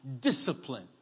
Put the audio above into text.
discipline